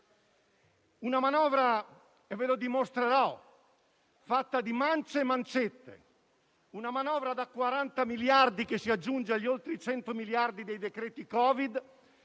una manovra - ve lo dimostrerò - fatta di mance e mancette; una manovra da 40 miliardi che si aggiungono agli oltre 100 miliardi dei decreti Covid